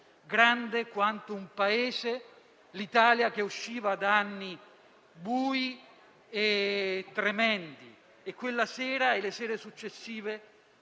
grande quanto un Paese, l'Italia, che usciva da anni bui e tremendi. Quella sera e le successive,